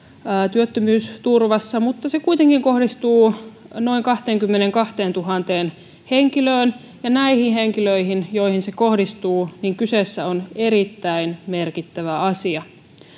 työttömyysturvassa mutta se kuitenkin kohdistuu noin kahteenkymmeneenkahteentuhanteen henkilöön ja näille henkilöille joihin se kohdistuu kyseessä on erittäin merkittävä asia